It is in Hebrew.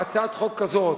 הצעת חוק כזאת,